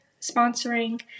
sponsoring